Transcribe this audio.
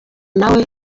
nawe